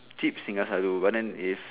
cheap singgah selalu but then if